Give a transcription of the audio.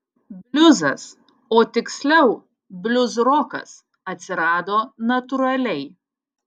bliuzas o tiksliau bliuzrokas atsirado natūraliai